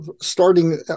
starting